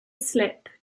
slip